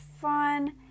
fun